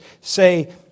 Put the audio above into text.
Say